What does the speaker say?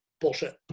bullshit